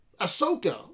Ahsoka